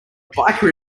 biker